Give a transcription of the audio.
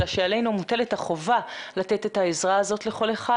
אלא שעלינו מוטלת החובה לתת את העזרה הזאת לכל אחד.